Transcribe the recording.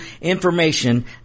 information